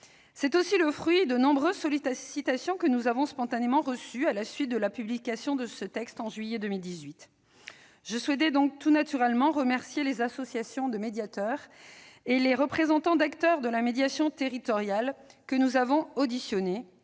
C'est aussi le fruit de nombreuses sollicitations que nous avons spontanément reçues à la suite de la publication du texte en juillet 2018. Je souhaitais donc tout naturellement remercier les associations de médiateurs et les représentants d'acteurs de la médiation territoriale que nous avons auditionnés